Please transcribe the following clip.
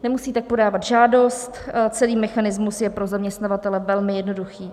Nemusíte podávat žádost, celý mechanismus je pro zaměstnavatele velmi jednoduchý.